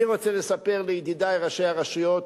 אני רוצה לספר לידידי ראשי הרשויות,